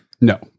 No